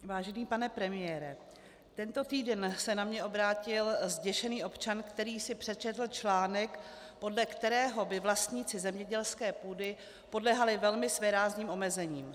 Vážený pane premiére, tento týden se na mě obrátil zděšený občan, který si přečetl článek, podle kterého by vlastníci zemědělské půdy podléhali velmi svérázným omezením.